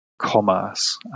commerce